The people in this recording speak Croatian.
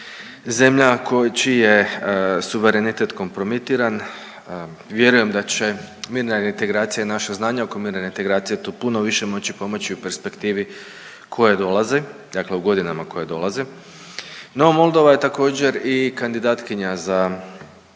zemlja čiji je suverenitet kompromitiran. Vjerujem da će mirna reintegracija i naše znanje oko mirne reintegracije tu puno više moći pomoći u perspektivi koje dolaze, dakle u godinama koje dolaze. No, Moldova je također i kandidatkinja za